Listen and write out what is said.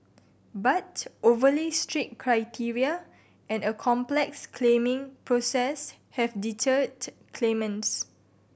but overly strict criteria and a complex claiming process have deterred claimants